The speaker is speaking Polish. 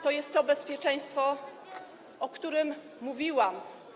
To jest to bezpieczeństwo, o którym mówiłam.